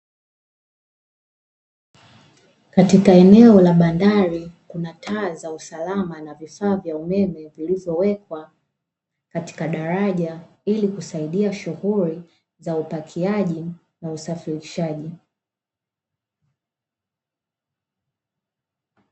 Katika eneo la bandari, kuna taa za usalama na vifaa vya umeme vilivyowekwa katika daraja ili kusaidia shughuli za upakiaji na usafirishaji.